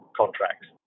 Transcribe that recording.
contracts